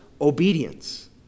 obedience